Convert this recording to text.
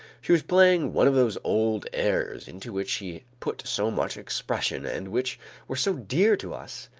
she was playing one of those old airs, into which she put so much expression and which were so dear to us.